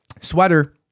sweater